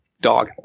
Dog